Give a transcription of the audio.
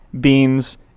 beans